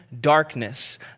darkness